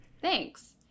Thanks